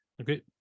okay